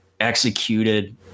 executed